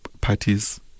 parties